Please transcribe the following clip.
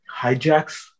hijacks